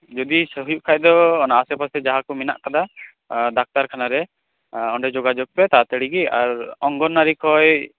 ᱡᱩᱫᱤ ᱥᱚᱦᱤ ᱠᱷᱟᱡ ᱫᱚ ᱚᱱᱟ ᱟᱥᱮ ᱯᱟᱥᱮ ᱡᱟᱦᱟᱸ ᱠᱚ ᱢᱮᱱᱟᱜ ᱠᱟᱫᱟ ᱰᱟᱠᱛᱟᱨ ᱠᱷᱟᱱᱟ ᱨᱮ ᱚᱸᱰᱮ ᱡᱳᱜᱟ ᱡᱳᱜᱽ ᱯᱮ ᱛᱟᱲᱟᱼᱛᱟᱲᱤ ᱜᱮ ᱟᱨ ᱚᱝᱜᱚᱱᱳᱣᱟᱲᱤ ᱠᱷᱚᱡ